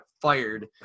fired